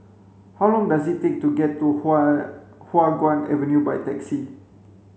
how long does it take to get to Huan Hua Guan Avenue by taxi